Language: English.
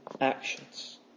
actions